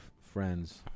friends